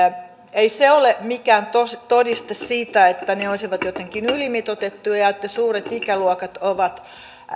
ei se ole mikään todiste siitä että ne olisivat jotenkin ylimitoitettuja että suuret ikäluokat ovat